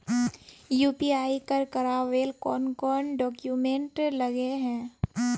UPI कर करावेल कौन कौन डॉक्यूमेंट लगे है?